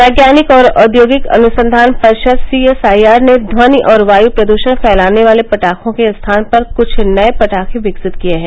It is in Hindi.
वैज्ञानिक और औद्योगिक अनुसंधान परिषद सीएसआईआर ने ध्वनि और वायु प्रदूषण फैलाने वाले पटाखों के स्थान पर कुछ नए पटाखें विकसित किए हैं